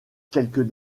quelques